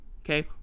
Okay